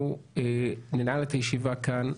אנחנו ננעל את הישיבה כאן,